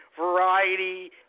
Variety